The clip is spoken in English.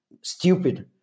stupid